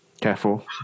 careful